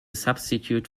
substitute